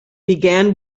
began